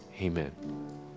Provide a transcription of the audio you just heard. Amen